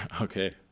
Okay